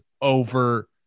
over